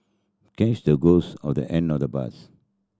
catch the ghost or the end of the bus